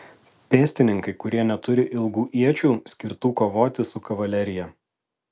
pėstininkai kurie neturi ilgų iečių skirtų kovoti su kavalerija